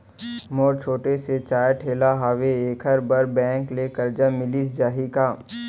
मोर छोटे से चाय ठेला हावे एखर बर बैंक ले करजा मिलिस जाही का?